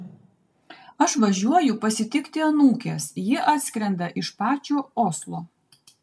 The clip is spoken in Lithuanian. aš važiuoju pasitikti anūkės ji atskrenda iš pačio oslo